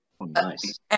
Nice